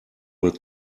will